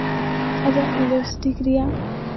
ᱟᱡᱟᱜ ᱞᱤᱯᱤᱥᱴᱤᱠ ᱨᱮᱭᱟᱜ